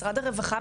משרד הרווחה,